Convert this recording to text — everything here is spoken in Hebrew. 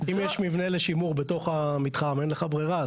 אם יש מבנה לשימור בתוך המתחם, אז אין לך ברירה.